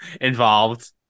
involved